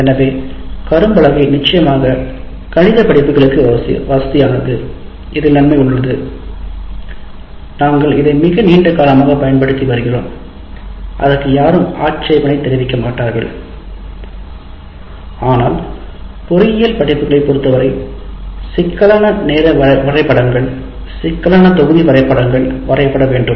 எனவே கரும்பலகை நிச்சயமாக கணித படிப்புகளுக்கு வசதியானது இதில் நன்மை உள்ளது நாங்கள் இதை மிக நீண்ட காலமாக பயன்படுத்தி வருகிறோம் அதற்கு யாரும் ஆட்சேபனை தெரிவிக்க மாட்டார்கள் ஆனால் பொறியியல் படிப்புகளைப் பொறுத்தவரை சிக்கலான நேர வரைபடங்கள் சிக்கலான தொகுதி வரைபடங்கள் வரையப்பட வேண்டும்